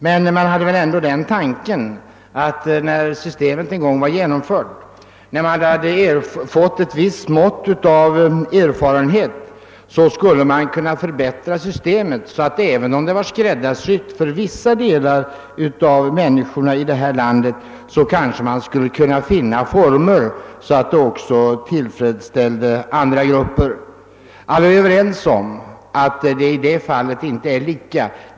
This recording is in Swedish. Man tänkte väl i alla fall att man, när systemet väl var genomfört och man hade fått ett visst mått av er farenhet, skulle kunna förbättra systemet så att det, även om det var skräddarsytt för vissa grupper av människor i detta land, kanske skulle kunna bli möjligt att finna former för att också tillfredsställa andra grupper. Alla är väl överens om att systemet i detta avseende inte är lyckat.